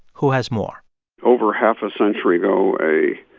who has more over half a century ago, a